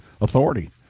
authority